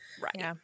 Right